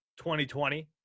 2020